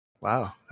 Wow